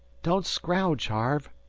don't scrowge, harve,